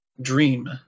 Dream